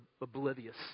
oblivious